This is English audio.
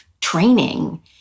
training